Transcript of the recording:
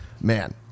man